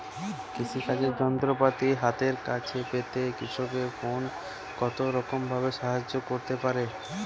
কৃষিকাজের যন্ত্রপাতি হাতের কাছে পেতে কৃষকের ফোন কত রকম ভাবে সাহায্য করতে পারে?